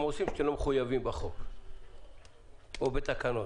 עושים ולא מחויבים בחוק או בתקנות.